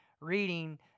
reading